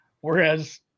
whereas